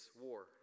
war